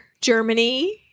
Germany